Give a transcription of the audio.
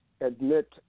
admit